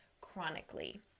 chronically